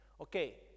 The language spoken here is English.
okay